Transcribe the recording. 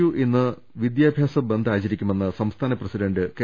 U ഇന്ന് വിദ്യാഭ്യാസ ബന്ദ് ആചരിക്കുമെന്ന് സംസ്ഥാന പ്രസിഡന്റ് കെ